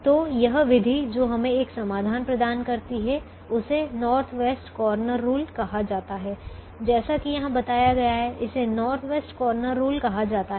तो यह विधि जो हमें एक समाधान प्रदान करती है उसे नॉर्थ वेस्ट कॉर्नर रूल मतलब उत्तर पश्चिम कोना नियम कहा जाता है जैसा कि यहां बताया गया है इसे नॉर्थ वेस्ट कॉर्नर रूल कहा जाता है